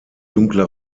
dunkle